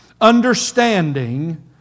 understanding